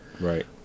right